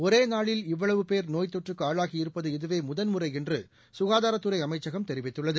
ஒரேநாளில் இவ்வளவு பேர் நோய்த்தொற்றுக்குஆளாகி இருப்பது இதுவேமுதன்முறைஎன்றுசுகாதாரத்துறைஅமைச்சகம் தெரிவித்துள்ளது